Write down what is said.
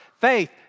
Faith